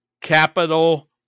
capital